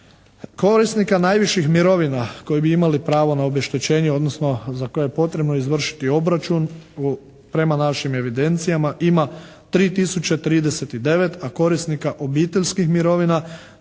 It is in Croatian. Korisnika najviših mirovina koji bi imali pravo na obeštećenje odnosno za koje je potrebno izvršiti obračun prema našim evidencijama ima 3 tisuće 039, a korisnika obiteljskih mirovina